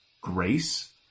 grace